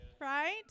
right